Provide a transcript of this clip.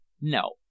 No